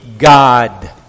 God